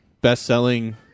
best-selling